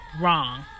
Wrong